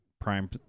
prime